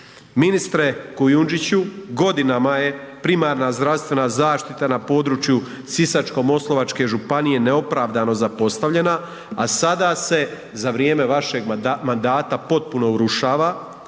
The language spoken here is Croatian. Ministre Kujundžiću godinama je primarna zdravstvena zaštita na području Sisačko-moslavačke županije neopravdano zapostavljena, a sada se za vrijeme vašeg mandata potpuno urušava.